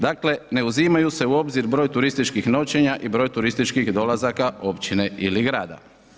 Dakle ne uzimaju se u obzir broj turističkih noćenja i broj turističkih dolazaka općine ili grada.